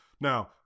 Now